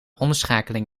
omschakeling